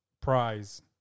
prize